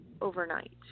overnight